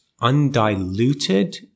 undiluted